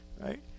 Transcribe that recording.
Right